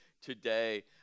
today